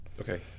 Okay